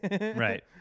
right